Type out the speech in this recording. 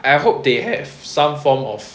I hope they have some form of